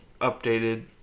updated